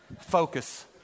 Focus